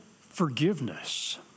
forgiveness